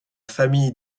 famille